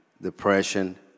Depression